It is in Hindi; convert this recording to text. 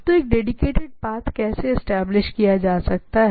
तो एक डेडीकेटेड पाथ कैसे एस्टेब्लिश किया जा सकता है